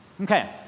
Okay